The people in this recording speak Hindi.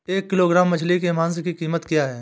एक किलोग्राम मछली के मांस की कीमत क्या है?